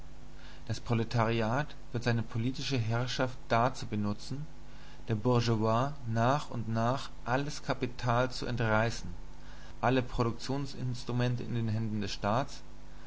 das proletariat wird seine politische herrschaft dazu benutzen der bourgeoisie nach und nach alles kapital zu entreißen alle produktionsinstrumente in den händen des staats